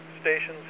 stations